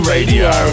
Radio